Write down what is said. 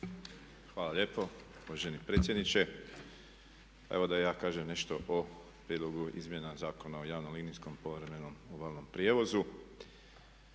Hvala lijepo uvaženi predsjedniče. Evo da i ja kažem nešto o prijedlogu izmjena Zakona o javnom linijskom i povremenom obalnom prijevozu.